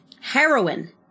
Heroin